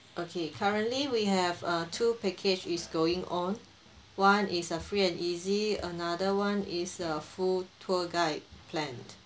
okay currently we have uh two package is going on one is a free and easy another one is a full tour guide plan